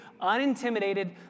unintimidated